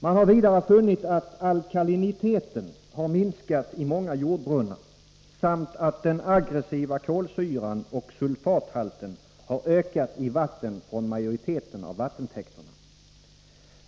Man har vidare funnit att alkaliniteten har minskat i många jordbrunnar samt att den aggressiva kolsyran och sulfathalten har ökat i vatten från majoriteten av vattentäkterna.